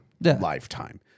lifetime